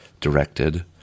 directed